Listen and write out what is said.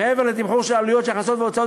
מעבר לתמחור עלויות של הכנסות והוצאות,